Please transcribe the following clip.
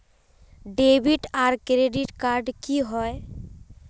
Debit आर credit card की होय?